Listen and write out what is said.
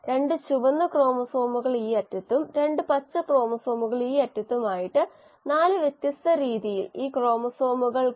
ഇതൊരു ചതുരാകൃതിയിലുള്ള ഹൈപ്പർബോളയാണ് ഇത് വർദ്ധിക്കുകയും പിന്നീട് എവിടെയെങ്കിലും mu m ന്റെ മൂല്യത്തിലേക്ക് പൂരിതമാവുകയും ചെയ്യുന്നു പരമാവധി നിർദ്ദിഷ്ട വളർച്ചാ നിരക്ക്